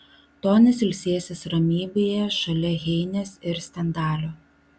tonis ilsėsis ramybėje šalia heinės ir stendalio